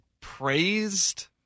praised